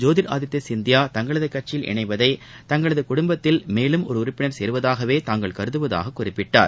ஜோதிர் ஆதித்ய சிந்தியா தங்களது கட்சியில் இணைவதை தங்களது குடும்பத்தில் மேலும் ஒரு உறுப்பினர் சேருவதாகவே தாங்கள் கருதுவதாக குறிப்பிட்டார்